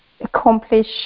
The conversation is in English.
accomplish